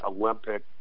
Olympic